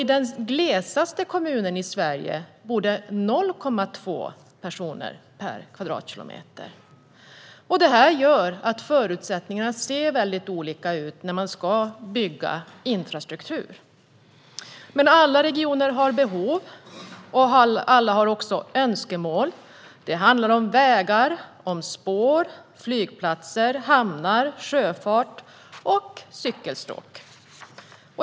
I den glesaste kommunen i Sverige bor det 0,2 personer per kvadratkilometer. Detta gör att förutsättningarna ser väldigt olika ut när man ska bygga infrastruktur. Alla regioner har behov, och alla har också önskemål. Det handlar om vägar, spår, flygplatser, hamnar, sjöfart och cykelstråk.